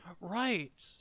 Right